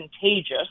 contagious